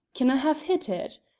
can i have hit it?